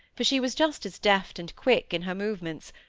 for she was just as deft and quick in her movements,